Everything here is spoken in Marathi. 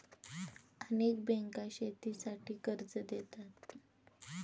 अनेक बँका शेतीसाठी कर्ज देतात